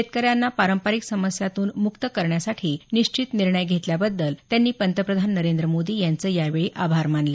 शेतकऱ्यांना पारंपरिक समस्यांतून मुक्त करण्यासाठी निश्चित निर्णय घेतल्याबद्दल त्यांनी पंतप्रधान नरेंद्र मोदी यांचं यावेळी आभार मानलं